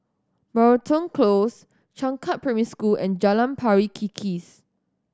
Moreton Close Changkat Primary School and Jalan Pari Kikis